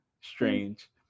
Strange